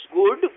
good